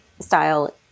style